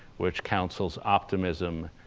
which counsels optimism,